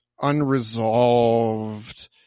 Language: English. unresolved